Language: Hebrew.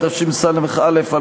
התשס"א 2001,